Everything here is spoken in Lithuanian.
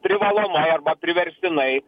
privalomai arba priverstinai